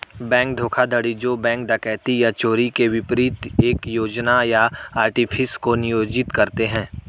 bank धोखाधड़ी जो bank डकैती या चोरी के विपरीत एक योजना या आर्टिफिस को नियोजित करते हैं